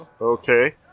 Okay